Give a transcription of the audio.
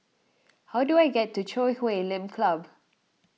how do I get to Chui Huay Lim Club